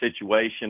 situation